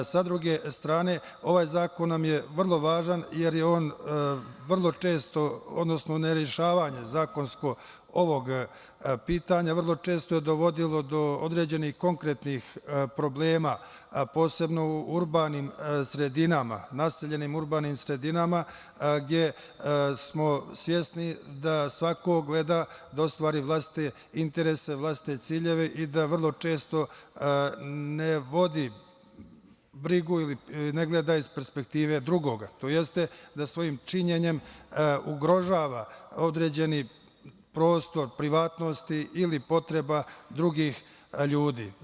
Sa druge strane, ovaj zakon nam je vrlo važan jer je vrlo često zakonsko ne rešavanje ovog pitanja dovodilo do određenih konkretnih problema, posebno u urbanim sredinama, naseljenim urbanim sredinama, gde smo svesni da svako gleda da ostvari vlastite interese, vlastite ciljeve i da vrlo često ne vodi brigu ili ne gleda ih perspektive drugoga tj. da svojim činjenjem ugrožava određeni prostor privatnosti ili potreba drugih ljudi.